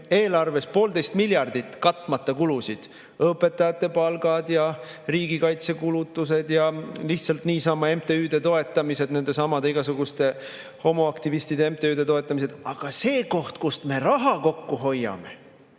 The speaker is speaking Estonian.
eelarves poolteist miljardit katmata kulusid – õpetajate palgad, riigikaitsekulutused ja lihtsalt niisama MTÜ-de toetamised, nendesamade igasuguste homoaktivistide MTÜ-de toetamised –, siis see koht, kust me raha kokku hoiame,